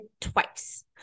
twice